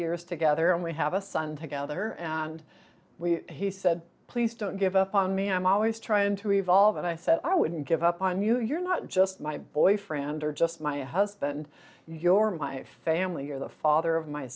years together and we have a son together and we he said please don't give up on me i'm always trying to evolve and i said i wouldn't give up on you you're not just my boyfriend or just my husband your my family you're the father of my